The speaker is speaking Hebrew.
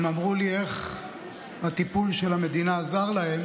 הם אמרו לי איך הטיפול של המדינה עזר להם